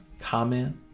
Comment